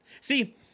See